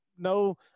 no